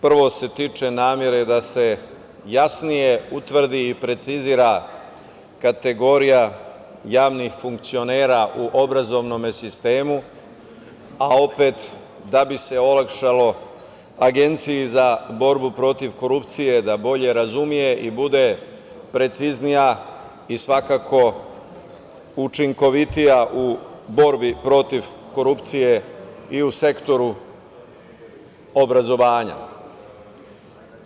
Prvo se tiče namere da se jasnije utvrdi i precizira kategorija javnih funkcionera u obrazovnom sistemu, a opet da bi se olakšalo Agenciji za borbu protiv korupcije da bolje razume i bude preciznija i svakako učinkovitija u borbi protiv korupcije i u sektoru obrazovanja.